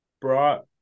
brought